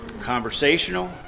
conversational